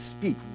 speak